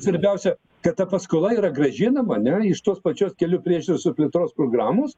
svarbiausia kad ta paskola yra grąžinama ane iš tos pačios kelių priežiūros ir plėtros programos